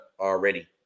already